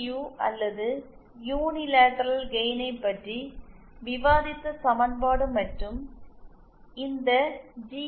U அல்லது unilateral கெயினை பற்றி விவாதித்த சமன்பாடு மற்றும் இந்த ஜி